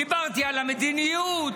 דיברתי על המדיניות,